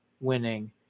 winning